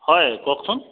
হয় কওকচোন